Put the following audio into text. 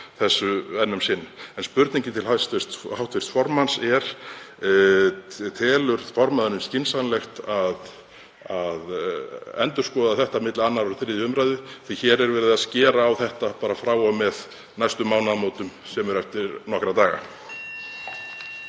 þessu enn um sinn. En spurningin til hv. formanns er: Telur formaðurinn skynsamlegt að endurskoða þetta milli 2. og 3. umr., því að hér er verið að skera á þetta frá og með næstu mánaðamótum, sem eru eftir nokkra daga?